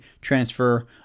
transfer